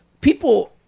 people –